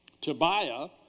Tobiah